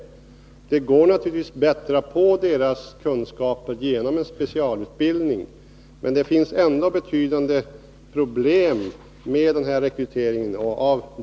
Det går naturligtvis att bättra på deras kunskaper genom en specialutbildning, men det finns ändå betydande problem med en sådan rekrytering.